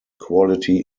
quality